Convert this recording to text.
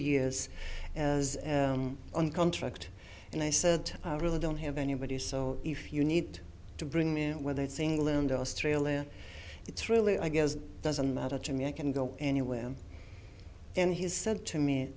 years as on contract and i said i really don't have anybody so if you need to bring him in whether it's england australia it's really i guess it doesn't matter to me i can go anywhere and he's said to me